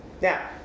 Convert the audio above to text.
Now